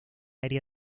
área